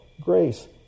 grace